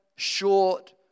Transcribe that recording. short